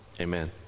Amen